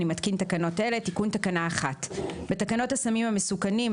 אני מתקין תקנות אלה: תיקון תקנה 1 1. בתקנות הסמים המסוכנים,